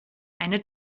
eine